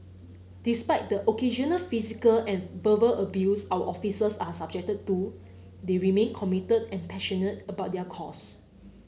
despite the occasional physical and verbal abuse our officers are subjected to they remain committed and passionate about their cause